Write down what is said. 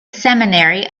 seminary